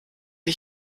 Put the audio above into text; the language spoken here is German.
wie